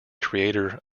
creator